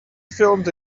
filmed